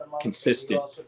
consistent